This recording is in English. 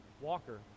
walker